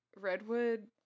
Redwood